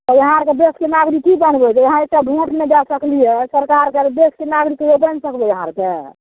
तऽ अहाँ आरके देशके नागरिक की जानबय जे अहाँ एते वोट नहि दए सकलियै सरकारके देशके नागरिक हेबे नहि करबय अहाँ आरके